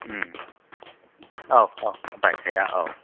औ औ बायखाया औ